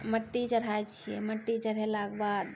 मट्टी चढ़ाबै छिए मट्टी चढ़ेलाके बाद